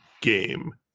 game